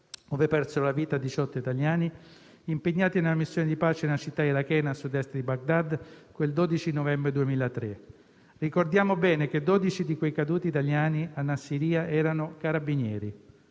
cui persero la vita 18 italiani impegnati nella missione di pace nella città irachena a sud est di Baghdad il 12 novembre 2003. Ricordiamo bene che 12 di quei caduti italiani a Nassiriya erano carabinieri